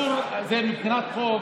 מבחינת החוק,